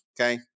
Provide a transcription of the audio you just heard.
okay